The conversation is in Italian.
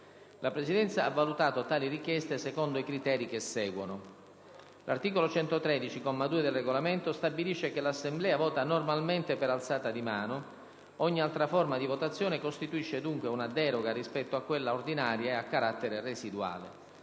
La Presidenza ha valutato tali richieste secondo i criteri che seguono. L'articolo 113, comma 2, del Regolamento stabilisce che «l'Assemblea vota normalmente per alzata di mano». Ogni altra forma di votazione costituisce dunque una deroga rispetto a quella ordinaria e ha carattere residuale.